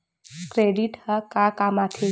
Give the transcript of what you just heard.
Credit ह का काम आथे?